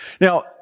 Now